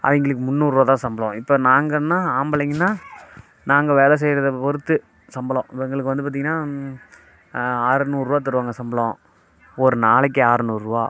அவங்களுக்கு முன்னூறுரூவா தான் சம்பளம் இப்போ நாங்கன்னால் ஆம்பளைங்கன்னால் நாங்கள் வேலை செய்கிறத பொறுத்து சம்பளம் இப்போ எங்களுக்கு வந்து பார்த்தீங்கன்னா ஆறுநூறுவா தருவாங்க சம்பளம் ஒரு நாளைக்கு ஆறுநூறுவா